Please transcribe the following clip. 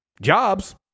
jobs